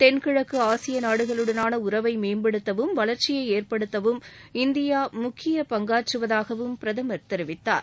தென்கிழக்கு ஆசிய நாடுகளுடனான உறவை மேம்படுத்தவும் வளர்ச்சியை ஏற்படுத்தவும் இந்தியா முக்கிய பங்காற்றுவதாகவும் பிரதமர் கூறினார்